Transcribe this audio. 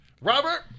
Robert